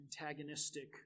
antagonistic